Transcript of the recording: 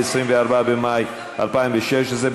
24 במאי 2016,